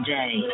day